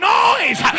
noise